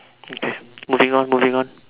okay moving on moving on